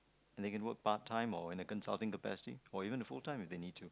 and they can work part time or and the consulting the best time even if full time if they need to